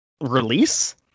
release